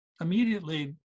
immediately